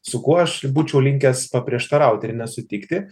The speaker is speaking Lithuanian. su kuo aš būčiau linkęs paprieštarauti ir nesutikti